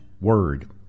word